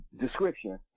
description